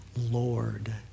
Lord